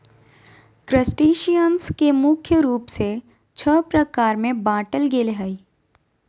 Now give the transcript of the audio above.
crustaceans के मुख्य रूप से छः प्रकार में बांटल गेले हें